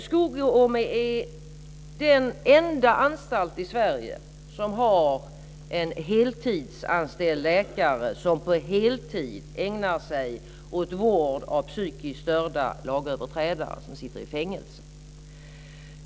Skogome är den enda anstalt i Sverige som har en läkare som på heltid ägnar sig åt vård av psykiskt störda lagöverträdare som sitter i fängelse.